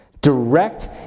Direct